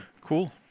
cool